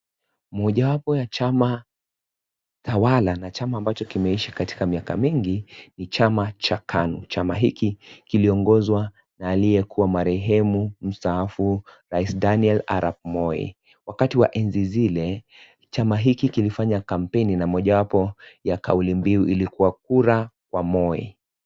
Mojawapo ya chama tawala na chama ambacho kimeishi katika miaka mingi ni chama cha KANU. Chama hiki kiliongozwa na aliyekuwa marehemu mustaafu rais Daniel Arap Moi. Wakati wa enzi zile, chama hiki kilifanya kampeni na mojawapo ya kauli biu ilikuwa kura wa Moi.